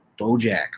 BoJack